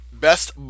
Best